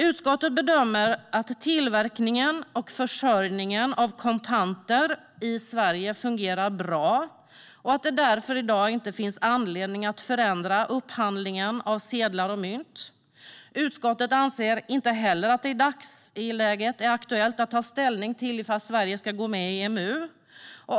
Utskottet bedömer att tillverkningen och försörjningen av kontanter i Sverige fungerar bra och att det i dag inte finns anledning att förändra upphandlingen av sedlar och mynt. Utskottet anser inte heller att det i dagsläget är aktuellt att ta ställning till om Sverige ska gå med i EMU.